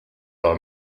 are